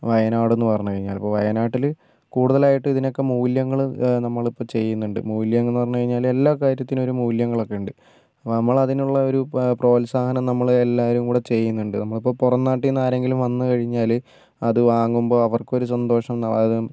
വയനാട് എന്നു പറഞ്ഞു കഴിഞ്ഞാൽ ഇപ്പോൾ വയനാട്ടിൽ കൂടുതലായിട്ട് ഇതിനൊക്കെ മൂല്യങ്ങൾ നമ്മളിപ്പോൾ ചെയ്യുന്നുണ്ട് മൂല്യങ്ങൾ എന്നു പറഞ്ഞു കഴിഞ്ഞാൽ എല്ലാ കാര്യത്തിനും ഒരു മൂല്യങ്ങളൊക്കെയുണ്ട് അപ്പം നമ്മൾ അതിനുള്ള ഒരു പ്രോത്സാഹനം നമ്മൾ എല്ലാവരും കൂടെ ചെയ്യുന്നുണ്ട് നമുക്ക് പുറംനാട്ടീന്ന് ആരെങ്കിലും വന്നു കഴിഞ്ഞാൽ അതു വാങ്ങുമ്പോൾ അവർക്കൊരു സന്തോഷം വരും